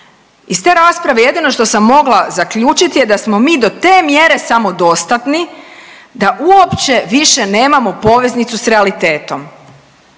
Iz te rasprave jedino što sam mogla zaključiti je da smo mi do te mjere samodostatni, da uopće više nemamo poveznicu sa realitetom.